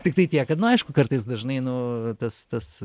tiktai tiek kad nu aišku kartais dažnai nu tas tas